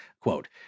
Quote